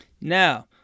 Now